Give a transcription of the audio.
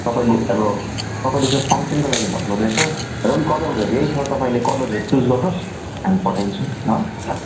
तपाईँले अब तपाईँले चाहिँ फङ्क्सनको लागि भन्नुहुँदैछ र पनि कलर्जहरू यही छ तपाईँले कलर्सहरू चुज गर्नुहोस् हामी पठाइदिन्छु ल